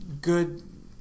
good